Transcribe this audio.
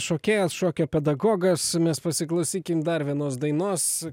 šokėjas šokio pedagogas mes pasiklausykim dar vienos dainos